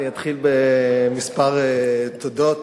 אני אתחיל בכמה תודות.